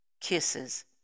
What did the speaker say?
Kisses